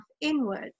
inwards